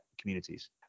communities